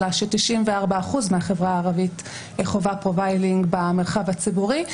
עלה ש-94% מהחברה הערבית חווה פרופיילינג במרחב הציבורי,